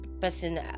person